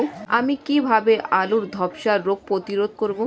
আমি কিভাবে আলুর ধ্বসা রোগ প্রতিরোধ করব?